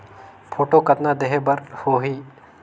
Photo कतना देहें बर होहि?